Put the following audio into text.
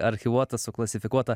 archyvuota suklasifikuota